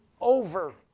over